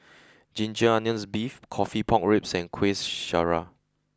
Ginger Onions Beef Coffee Pork Ribs and Kueh Syara